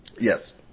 Yes